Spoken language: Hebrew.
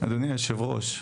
אדוני יושב הראש,